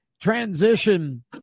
transition